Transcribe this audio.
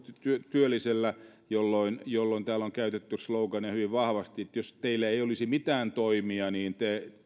työllisellä jolloin jolloin täällä on käytetty slogania hyvin vahvasti että jos teillä ei olisi mitään toimia niin